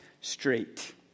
straight